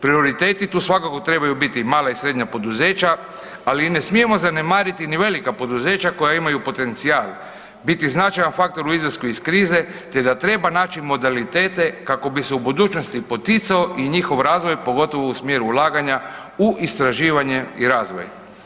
Prioriteti tu svakako trebaju biti mala i srednja poduzeća, ali ne smijemo zanemariti ni velika poduzeća koja imaju potencijal biti značajan faktor u izlasku iz krize te da treba naći modalitete kako bi se u budućnosti poticao i njihov razvoj, pogotovo u smjeru ulaganja u istraživanje i razvoj.